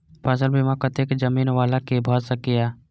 फसल बीमा कतेक जमीन वाला के भ सकेया?